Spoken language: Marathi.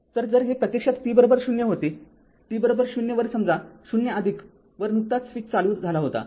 तर जर हे प्रत्यक्षात t० होते t 0वर समजा 0 वर नुकताच स्विच चालू झाला होता